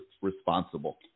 responsible